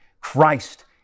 Christ